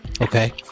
Okay